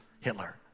Hitler